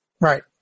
Right